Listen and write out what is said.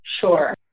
Sure